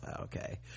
Okay